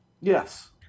Yes